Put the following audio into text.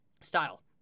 style